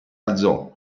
alzò